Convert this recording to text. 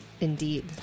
Indeed